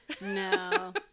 No